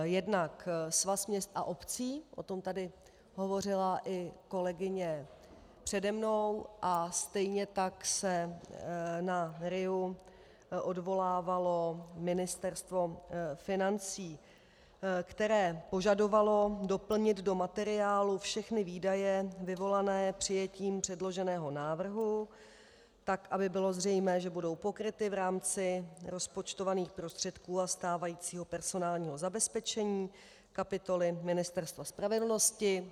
Jednak Svaz měst a obcí, o tom tady hovořila i kolegyně přede mnou, a stejně tak se na RIA odvolávalo Ministerstvo financí, které požadovalo doplnit do materiálu všechny výdaje vyvolané přijetím předloženého návrhu tak, aby bylo zřejmé, že budou pokryty v rámci rozpočtovaných prostředků a stávajícího personálního zabezpečení kapitoly Ministerstva spravedlnosti.